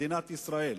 מדינת ישראל,